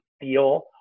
feel